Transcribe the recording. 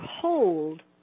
hold